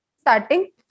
starting